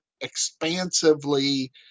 expansively